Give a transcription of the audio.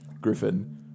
Griffin